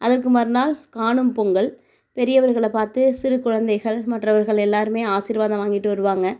அதற்கு மறுநாள் காணும் பொங்கல் பெரியவர்களை பார்த்து சிறு குழந்தைகள் மற்றவர்கள் எல்லாேருமே ஆசிர்வாதம் வாங்கிட்டு வருவாங்க